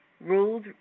rules